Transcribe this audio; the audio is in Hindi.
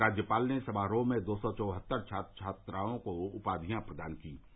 राज्यपाल ने समारोह में दो सौ चौहत्तर छात्र छात्राओं को उपाधियां प्रदान कीं